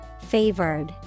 Favored